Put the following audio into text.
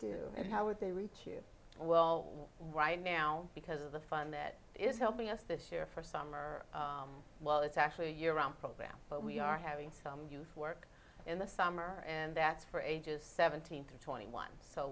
do and how would they reach you well right now because of the fund that is helping us this year for summer well it's actually a year round program but we are having some work in the summer and that's for ages seventeen to twenty one so